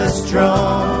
strong